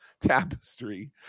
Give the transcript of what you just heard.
Tapestry